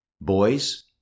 Boys